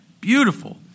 beautiful